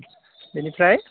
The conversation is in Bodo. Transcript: बिनिफ्राय